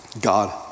God